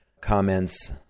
comments